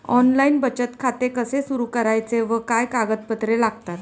Online बचत खाते कसे सुरू करायचे व काय कागदपत्रे लागतात?